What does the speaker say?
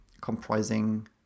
comprising